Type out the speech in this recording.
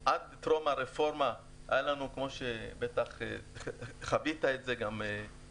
ט"ז בתמוז התש"ף ה-8 ביולי 2020. אני מתכבד לפתוח את ישיבת ועדת הכלכלה